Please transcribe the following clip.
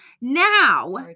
now